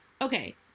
Okay